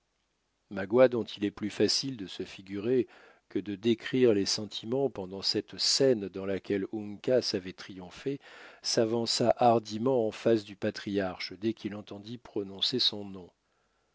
magua dont il est plus facile de se figurer que de décrire les sentiments pendant cette scène dans laquelle ink triomphé s'avança hardiment en face du patriarche dès qu'il entendit prononcer son nom